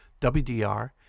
WDR